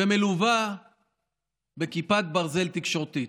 ומלווה בכיפת ברזל תקשורתית.